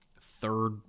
third